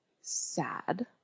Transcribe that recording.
sad